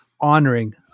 honoring